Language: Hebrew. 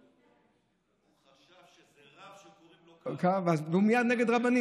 הוא חשש שזה רב שקוראים לו קו, אז הוא מתנגד.